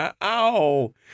ow